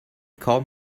kaum